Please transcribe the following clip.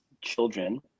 children